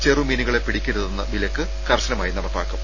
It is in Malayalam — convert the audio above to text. ചെറുമീനുകളെ പിടിക്കരുതെന്ന വിലക്ക് കർശനമായി നടപ്പാക്കും